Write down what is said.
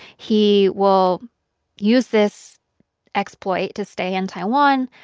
he will use this exploit to stay in taiwan,